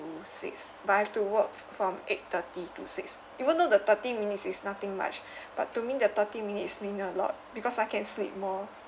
six but I have to work from eight thirty to six even though the thirty minutes is nothing much but to me the thirty minutes mean a lot because I can sleep more